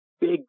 Big